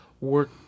work